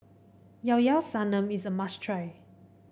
Llao Llao Sanum is a must try